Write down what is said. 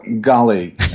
golly